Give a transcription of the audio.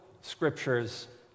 scriptures